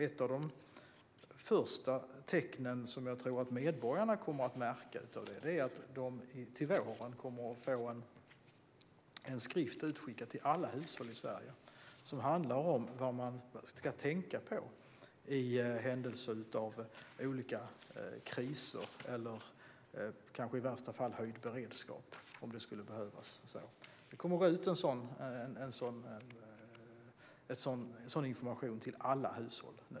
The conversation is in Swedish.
Ett av de första tecknen som jag tror att medborgarna kommer att märka av det är att de till våren ska få en skrift som skickas ut till alla hushåll i Sverige. Skriften handlar om vad man ska tänka på i händelse av olika kriser eller i värsta fall höjd beredskap. Alla hushåll kommer att få den informationen.